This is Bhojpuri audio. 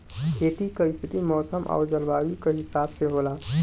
खेती क स्थिति मौसम आउर जलवायु क हिसाब से होला